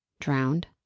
Drowned